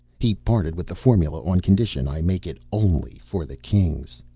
he parted with the formula on condition i make it only for the kings.